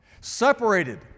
separated